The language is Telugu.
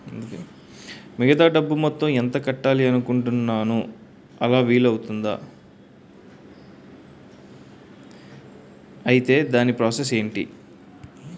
మిగతా డబ్బు మొత్తం ఎంత కట్టాలి అనుకుంటున్నాను అలా వీలు అవ్తుంధా? ఐటీ దాని ప్రాసెస్ ఎంటి?